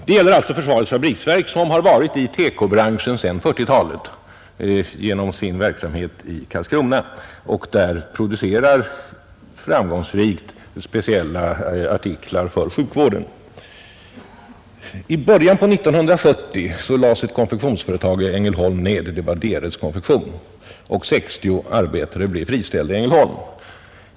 Det gäller alltså försvarets fabriksverk, som har varit i TEKO-branschen sedan 1940-talet genom sin verksamhet i Karlskrona och där framgångsrikt producerar speciella artiklar för sjukvården. I början på 1970 lades ett konfektionsföretag i Ängelholm ned, nämligen Deres konfektion, och 60 arbetare blev friställda där.